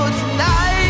tonight